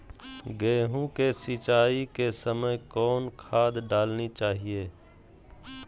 गेंहू के सिंचाई के समय कौन खाद डालनी चाइये?